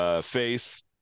face